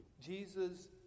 Jesus